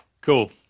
Cool